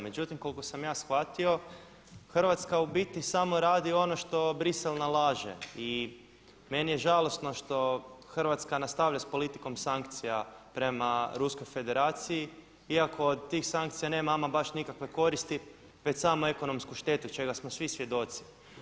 Međutim koliko sam ja shvatio Hrvatska u biti samo radi ono što Bruxelles nalaže i meni je žalosno što Hrvatska nastavlja s politikom sankcija prema Ruskoj Federaciji iako od tih sankcija nema ama baš nikakve koristi već samo ekonomsku štetu čega smo svi svjedoci.